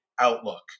outlook